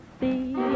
see